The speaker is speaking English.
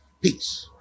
Peace